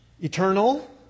Eternal